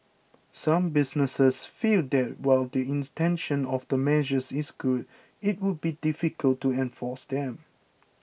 some businesses feel that while the intention of the measures is good it would be difficult to enforce them